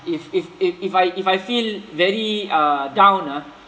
if if if if I if I feel very uh down ah